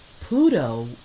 Pluto